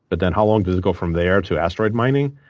but then, how long does it go from there to asteroid mining?